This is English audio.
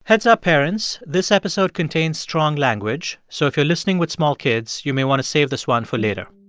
heads up, parents. this episode contains strong language, so if you're listening with small kids, you may want to save this one for later.